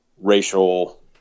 racial